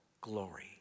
glory